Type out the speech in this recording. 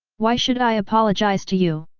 why should i apologize to you?